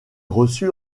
reçut